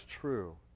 true